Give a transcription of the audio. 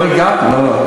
לא,